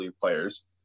players